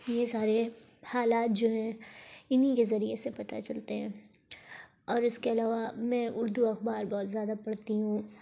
یہ سارے حالات جو ہیں انہیں کے ذریعے سے پتہ چلتے ہیں اور اس کے علاوہ میں اردو اخبار بہت زیادہ پڑھتی ہوں